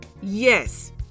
yes